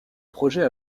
projet